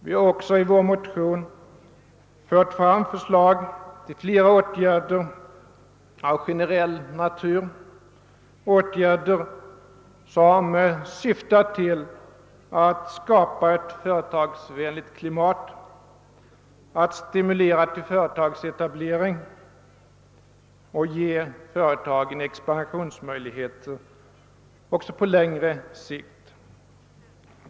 Vi har också i vår motion fört fram förslag till flera åtgärder av generell natur, åtgärder som syftar till att skapa ett företagsvänligt klimat, att stimulera till företagsetablering och ge företagen expansionsmöjligheter också på längre sikt.